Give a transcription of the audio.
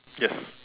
yes